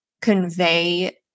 convey